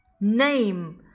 Name